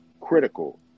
critical